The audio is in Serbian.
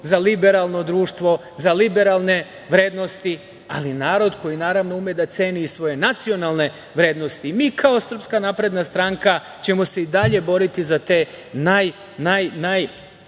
za liberalno društvo, za liberalne vrednosti, ali narod koji, naravno, ume da ceni i svoje nacionalne vrednosti. Mi kao SNS ćemo se i dalje boriti za te najveće